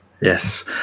Yes